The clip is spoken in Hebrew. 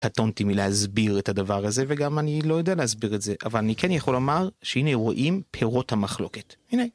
קטונתי מלהסביר את הדבר הזה וגם אני לא יודע להסביר את זה אבל אני כן יכול לומר שהנה רואים פירות המחלוקת הנה